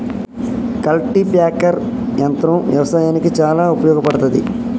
cultipacker యంత్రం వ్యవసాయానికి చాలా ఉపయోగపడ్తది